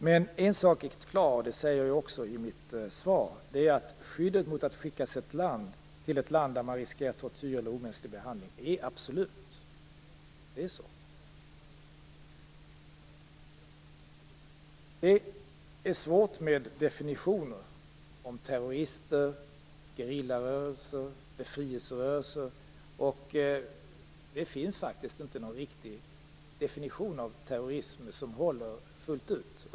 Men en sak är klar, och det säger jag också i mitt svar, nämligen att skyddet mot att skickas till ett land där man riskerar tortyr eller omänsklig behandling är absolut. Det är svårt med definitionerna av begrepp som terrorister, gerillarörelser och befrielserörelser. Det finns faktiskt inte någon riktig definition av terrorism som håller fullt ut.